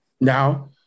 Now